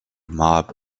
mob